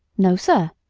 no, sir.